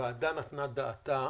שהוועדה נתנה עליו דעתה.